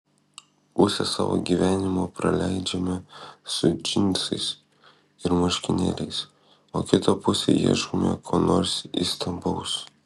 pusę savo gyvenimo praleidžiame su džinsais ir marškinėliais o kitą pusę ieškome ko nors įstabaus